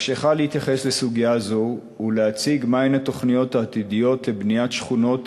אבקשך להתייחס לסוגיה זו ולהציג מה הן התוכניות העתידיות לבניית שכונות